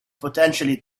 potentially